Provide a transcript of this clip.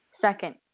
Second